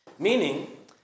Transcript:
Meaning